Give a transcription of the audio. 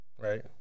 Right